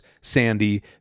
Sandy